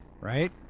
right